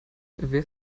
wer